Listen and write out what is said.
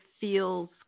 feels